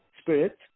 spirit